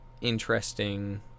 interesting